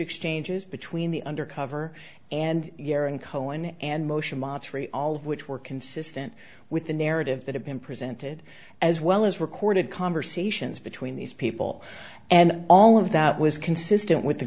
exchanges between the undercover and yaron cohen and moshe masri all of which were consistent with the narrative that have been presented as well as recorded conversations between these people and all of that was consistent with the